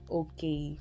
okay